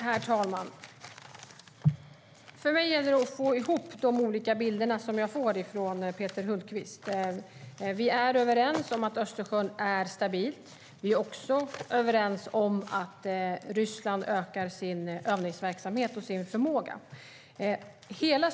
Herr talman! För mig gäller det att få ihop de olika bilder som Peter Hultqvist förmedlar. Vi är överens om att området kring Östersjön är stabilt. Vi är också överens om att Ryssland ökar sin övningsverksamhet och sin förmåga.